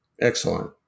Excellent